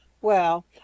Well